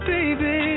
Baby